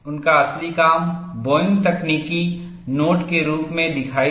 उनका असली काम बोइंग तकनीकी नोट के रूप में दिखाई दिया